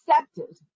accepted